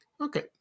Okay